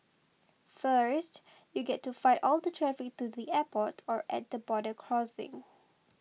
first you get to fight all the traffic to the airport or at the border crossing